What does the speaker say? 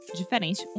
diferente